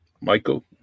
michael